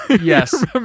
Yes